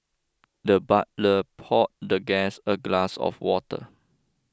the butler poured the guest a glass of water